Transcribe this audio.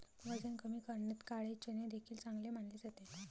वजन कमी करण्यात काळे चणे देखील चांगले मानले जाते